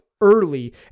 early